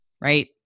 right